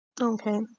Okay